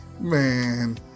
man